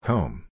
Home